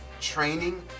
training